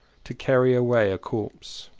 to carry away a corpse.